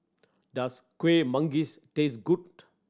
does Kueh Manggis taste good